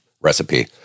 recipe